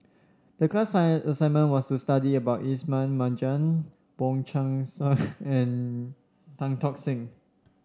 the class sign assignment was to study about Ismail Marjan Wong Chong Sai and Tan Tock Seng